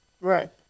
Right